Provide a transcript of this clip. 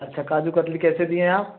अच्छा काजू कतली कैसे दिए आप